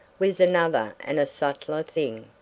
was another and a subtler thing.